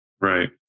Right